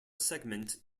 segment